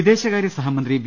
വിദേശകാര്യ സഹമന്ത്രി വി